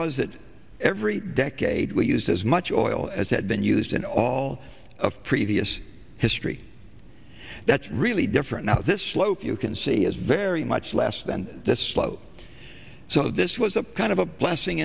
that every decade we used as much oil as had been used in all of previous history that's really different now this slope you can see is very much less than this slow so this was a kind of a blessing